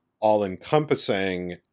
all-encompassing